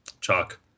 Chalk